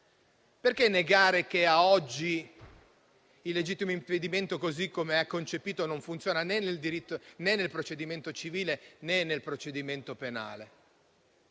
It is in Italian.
Perché negare che, a oggi, il legittimo impedimento, così come concepito, non funziona né nel procedimento civile, né in quello penale?